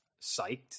psyched